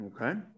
okay